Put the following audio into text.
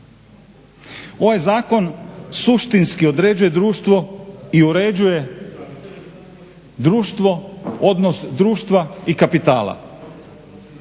Ovaj zakon suštinski određuje društvo i uređuje društvo, odnos društva i kapitala.